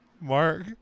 Mark